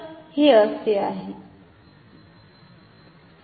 तर हे असे आहे